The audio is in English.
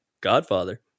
Godfather